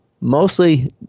mostly